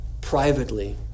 Privately